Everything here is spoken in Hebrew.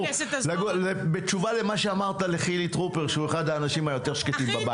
זה בתשובה למה שאמרת לחילי טרופר שהוא אחד האנשים היותר-שקטים בבית הזה.